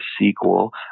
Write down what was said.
sequel